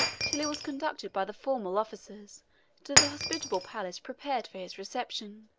till he was conducted by the formal officers to the hospitable palace prepared for his reception